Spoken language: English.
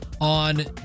on